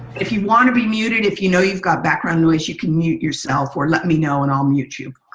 if you want to be muted, if you know you've got background noise, you can mute yourself or let me know and i'll mute you.